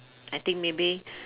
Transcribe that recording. I think maybe